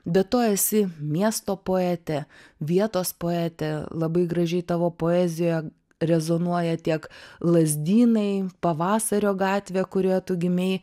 be to esi miesto poetė vietos poetė labai gražiai tavo poezija rezonuoja tiek lazdynai pavasario gatvė kurioje tu gimei